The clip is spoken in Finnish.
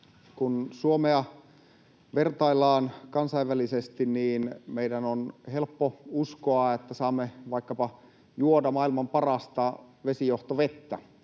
Kun Suomea vertaillaan kansainvälisesti, niin meidän on helppo uskoa, että saamme vaikkapa juoda maailman parasta vesijohtovettä.